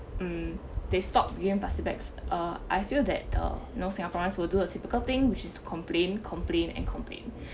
mm they stopped bringing plastic bags uh I feel that uh know singaporeans will do a typical thing which is to complain complain and complain